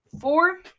four